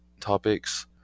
topics